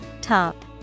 Top